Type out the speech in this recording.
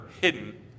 hidden